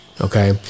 Okay